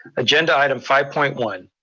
agenda item five point one.